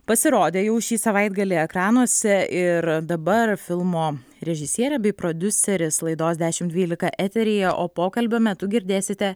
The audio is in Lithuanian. pasirodė jau šį savaitgalį ekranuose ir dabar filmo režisierė bei prodiuseris laidos dešim dvylika eteryje o pokalbio metu girdėsite